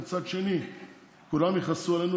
ומצד שני כולם יכעסו עלינו,